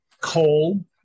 coal